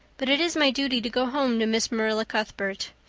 but it is my duty to go home to miss marilla cuthbert.